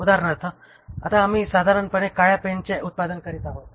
उदाहरणार्थ आता आम्ही साधारणपणे काळ्या पेनचे उत्पादन करीत आहोत